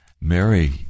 Mary